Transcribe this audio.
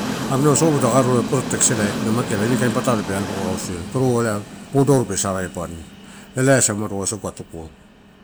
Amela sopo taka oro protext inai na makere kain patalo pe aloboko rausudia turu oliai podo repa saigai pan elaiasa umado wasagu kai tuku-ua.